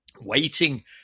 Waiting